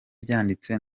byanditse